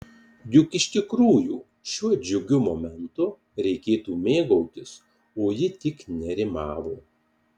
juk iš tikrųjų šiuo džiugiu momentu reikėtų mėgautis o ji tik nerimavo